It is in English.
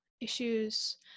issues